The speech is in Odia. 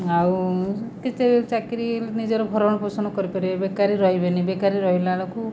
ଆଉ କେତେ ଚାକିରି ନିଜର ଭରଣପୋଷଣ କରିପାରିବେ ବେକାରି ରହିବେନି ବେକାରୀ ରହିଲାବେଳକୁ